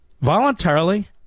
voluntarily